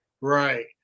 right